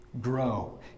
Grow